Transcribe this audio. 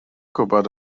gwybod